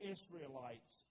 Israelites